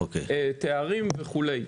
תארים וכו'.